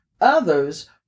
others